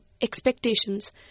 expectations